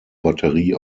batterie